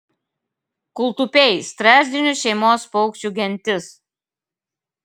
kūltupiai strazdinių šeimos paukščių gentis